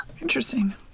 Interesting